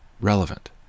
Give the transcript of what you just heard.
relevant